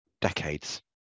decades